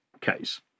case